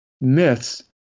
myths